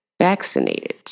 vaccinated